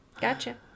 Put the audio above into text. gotcha